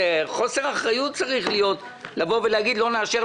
זה חוסר אחריות להגיד: "לא נאשר,